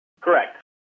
Correct